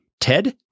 TED